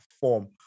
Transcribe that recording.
form